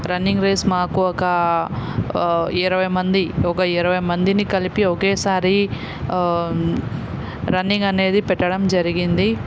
running race మాకు ఒక ఇరవై మంది ఒక ఇరవై మందిని కలిపి ఒకేసారి రన్నింగ్ అనేది పెట్టడం జరిగింది